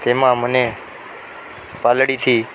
તેમાં મને પાલડીથી